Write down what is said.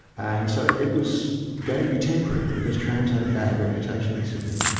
and so it was going to be temporary, because trams had a bad reputation in sydney.